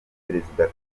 perezida